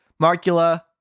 Markula